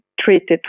treated